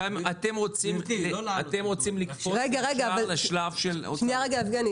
אתם רוצים לקפוץ ישר לשלב של הוצאה לפועל.